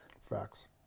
facts